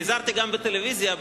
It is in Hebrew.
נעזרתי גם בטלוויזיה,